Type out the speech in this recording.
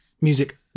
music